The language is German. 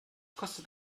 kostet